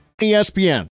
ESPN